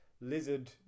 lizard